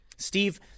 Steve